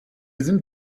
sind